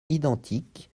identiques